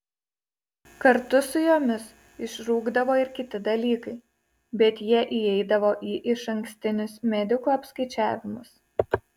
kartu su jomis išrūkdavo ir kiti dalykai bet jie įeidavo į išankstinius medikų apskaičiavimus